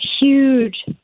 huge